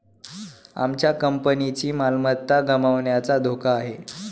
आमच्या कंपनीची मालमत्ता गमावण्याचा धोका आहे